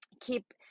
keep